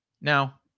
Now